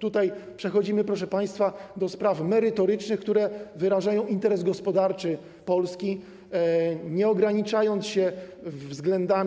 Tutaj przechodzimy, proszę państwa, do spraw merytorycznych, które wyrażają interes gospodarczy Polski, nie ograniczając go ze względu na,